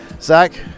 Zach